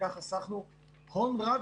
ובכך חסכנו הון רב,